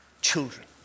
children